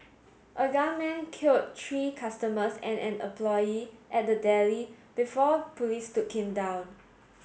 a gunman killed three customers and an employee at the deli before police took him down